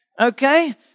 Okay